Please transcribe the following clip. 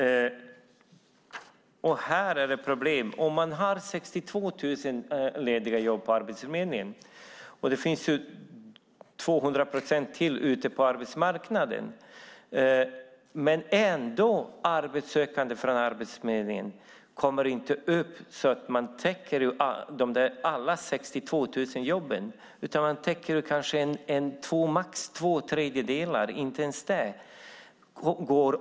Här är det problem. Även om det finns 62 000 lediga jobb på Arbetsförmedlingen, och det finns ytterligare 200 procent på arbetsmarknaden, kommer arbetssökande från Arbetsförmedlingen ändå inte att täcka upp de 62 000 jobben. De täcker kanske in max två tredjedelar eller inte ens det.